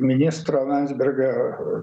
ministro landsbergio